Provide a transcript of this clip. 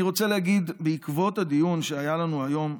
אני רוצה להגיד, בעקבות הדיון שהיה לנו היום,